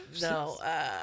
No